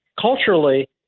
Culturally